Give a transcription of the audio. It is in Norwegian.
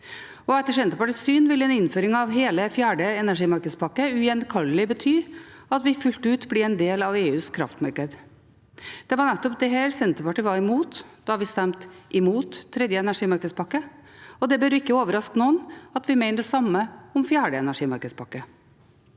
Etter Senterpartiets syn vil en innføring av hele fjerde energimarkedspakke ugjenkallelig bety at vi fullt ut blir en del av EUs kraftmarked. Det var nettopp dette Senterpartiet var imot da vi stemte imot tredje energimarkedspakke, og det bør ikke overraske noen at vi mener det samme om fjerde energimarkedspakke.